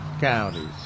counties